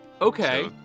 Okay